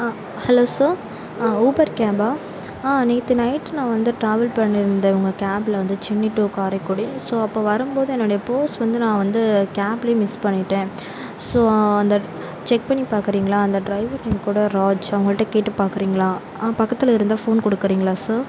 hello sir Uber கேபா நேற்று night நான் வந்து ட்ராவல் பண்ணியிருந்தேன் உங்கள் கேப்பில் வந்து சென்னை டூ காரைக்குடி ஸோ அப்போது வரும் போது என்னோட பர்ஸ் வந்து நான் வந்து கேப்பிலே மிஸ் பண்ணிவிட்டேன் ஸோ அந்த செக் பண்ணி பார்க்குறீங்களா அந்த ட்ரைவர் நேம் கூட ராஜ் அவங்கள்ட்ட கேட்டு பார்க்குறீங்களா பக்கத்தில் இருந்தால் ஃபோன் கொடுக்குறீங்களா சார்